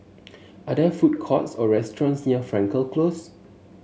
are there food courts or restaurants near Frankel Close